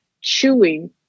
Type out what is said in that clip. chewing